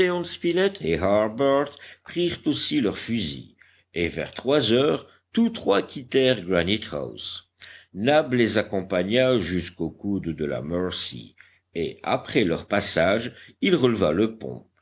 aussi leur fusil et vers trois heures tous trois quittèrent granite house nab les accompagna jusqu'au coude de la mercy et après leur passage il releva le pont